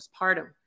postpartum